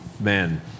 Man